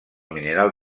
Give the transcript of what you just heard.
mineral